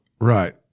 Right